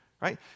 right